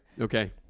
Okay